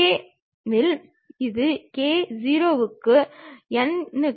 கிடைமட்ட மற்றும் செங்குத்து தளம் ஆகிய இரண்டிற்கும் செங்குத்தான ஒரு தளத்தை எடுத்துக் கொள்க